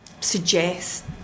suggest